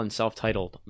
self-titled